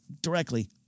directly